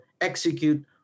execute